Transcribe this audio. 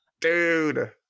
Dude